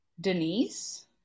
Denise